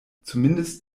zumindest